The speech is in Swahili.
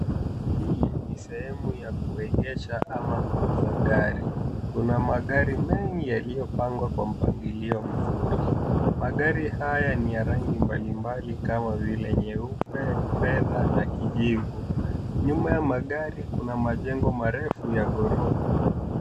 Hii ni sehemu ya kuegesha ama kuuza gari. Kuna magari mengi yaliyo pangwa kwa mpangilio mzuri. Magari haya ni ya rangi mbali mbali kama vile nyeupe , fedha na kijivu. Nyuma ya magari kuna majengo marefu ya ghorofa.